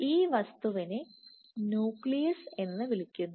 ഈ വസ്തുവിനെ ന്യൂക്ലിയസ്എന്ന് വിളിക്കുന്നു